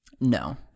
No